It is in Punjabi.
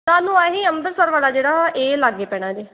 ਤੁਹਾਨੂੰ ਇਹ ਹੀ ਅੰਮ੍ਰਿਤਸਰ ਵਾਲਾ ਜਿਹੜਾ ਵਾ ਇਹ ਲਾਗੇ ਪੈਣਾ ਜੇ